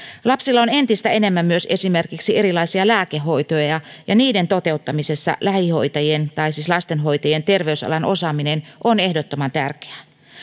lapsilla on entistä enemmän myös esimerkiksi erilaisia lääkehoitoja ja niiden toteuttamisessa lähihoitajien tai siis lastenhoitajien terveysalan osaaminen on ehdottoman tärkeää